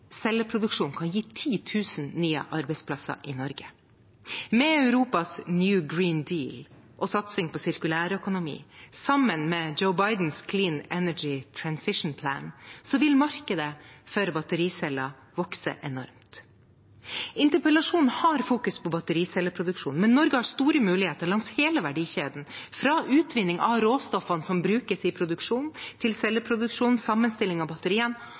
kan gi 10 000 nye arbeidsplasser i Norge. Med Europas Green New Deal og satsing på sirkulærøkonomi, sammen med Joe Bidens Clean Energy Transition Plan, vil markedet for battericeller vokse enormt. Interpellasjonen fokuserer på battericelleproduksjon, men Norge har store muligheter langs hele verdikjeden, fra utvinning av råstoffene som brukes i produksjonen, til celleproduksjon, sammenstilling av